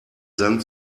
sand